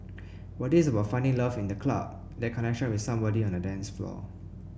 but this is about finding love in the club that connection with somebody on the dance floor